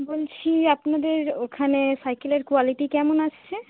বলছি আপনাদের ওখানে সাইকেলের কোয়ালিটি কেমন আসছে